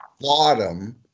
bottom